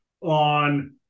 on